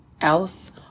else